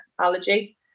allergy